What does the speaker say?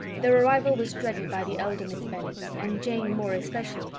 their arrival was dreaded by the elder miss bennets, and jane more especially,